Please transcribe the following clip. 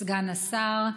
סגן השר,